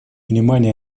внимание